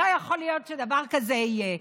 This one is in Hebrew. לא יכול להיות שדבר כזה יהיה.